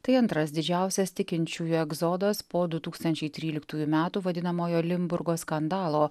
tai antras didžiausias tikinčiųjų egzodas po du tūkstančiai tryliktųjų metų vadinamojo limburgo skandalo